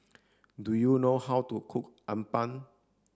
do you know how to cook Appam